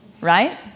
right